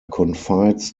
confides